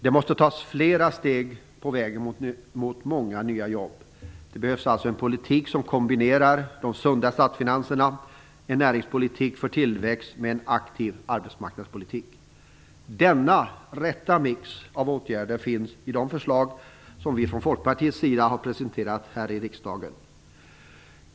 Det måste tas flera steg på vägen mot många nya jobb. Det behövs alltså en politik som kombinerar de sunda statsfinanserna och en näringspolitik för tillväxt med en aktiv arbetsmarknadspolitik. Denna rätta mix av åtgärder finns i de förslag som vi från Folkpartiets sida har presenterat här i riksdagen.